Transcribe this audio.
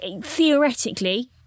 theoretically